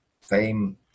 fame